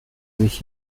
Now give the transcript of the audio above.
sich